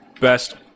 best